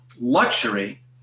luxury